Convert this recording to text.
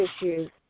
issues